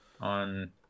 on